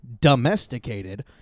domesticated